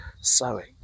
sowing